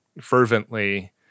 fervently